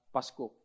Pasko